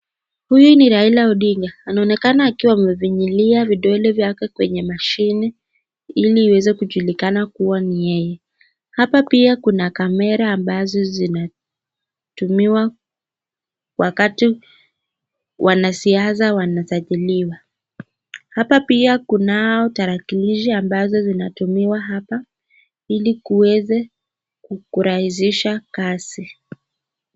Huyu ni Raila Odinga anaonekana akiwa amefinyilia vidole vyake kwenye mashine ili iweze kujulikana kuwa ni yeye. Hapa pia kuna kamera ambazo zinatumiwa wakati wanasiasa wanasajiliwa hapa pia kunayo tarakilishi ambazo zinatumiwa hapa ili kuweza kurahisisha kazi.